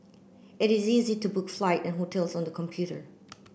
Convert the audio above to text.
it is easy to book flight and hotels on the computer